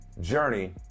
journey